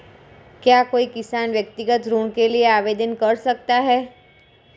क्या कोई किसान व्यक्तिगत ऋण के लिए आवेदन कर सकता है?